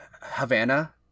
Havana